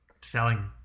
selling